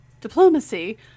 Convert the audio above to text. diplomacy